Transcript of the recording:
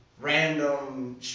random